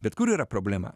bet kur yra problema